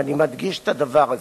ואני מדגיש את הדבר הזה.